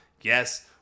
yes